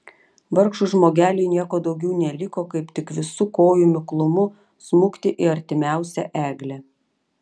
vargšui žmogeliui nieko daugiau neliko kaip tik visu kojų miklumu smukti į artimiausią eglę